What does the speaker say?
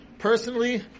Personally